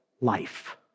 life